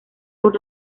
por